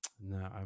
No